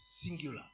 singular